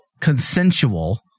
consensual